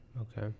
Okay